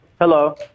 Hello